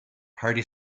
party